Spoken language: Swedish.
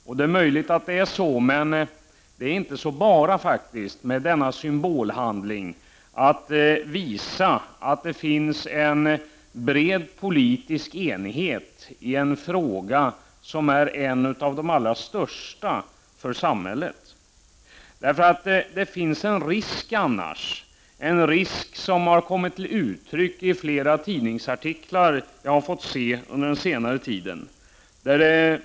Och det är möjligt att det är så, men det är faktiskt inte så bara med denna symbolhandling — att visa att det finns en bred politisk enighet i en fråga som är en av de allra största frågorna för samhället. Det finns annars en risk, som har kommit till uttryck i flera tidningsartiklar som jag har sett under senare tid.